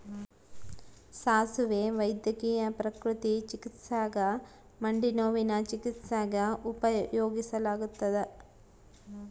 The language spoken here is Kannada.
ಸಾಸುವೆ ವೈದ್ಯಕೀಯ ಪ್ರಕೃತಿ ಚಿಕಿತ್ಸ್ಯಾಗ ಮಂಡಿನೋವಿನ ಚಿಕಿತ್ಸ್ಯಾಗ ಉಪಯೋಗಿಸಲಾಗತ್ತದ